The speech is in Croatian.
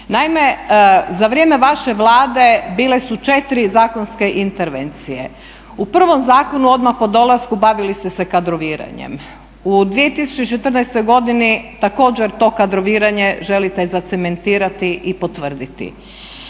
Naime, za vrijeme vaše Vlade bile su 4 zakonske intervencije. U prvom zakonu odmah po dolasku bavili ste se kadroviranjem. U 2014. godini također to kadroviranje želite zacementirati i potvrditi.